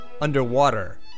underwater